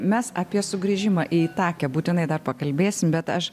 mes apie sugrįžimą į itakę būtinai dar pakalbėsim bet aš